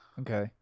Okay